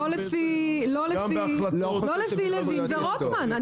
לא לפי לוין ורוטמן.